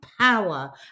power